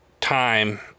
time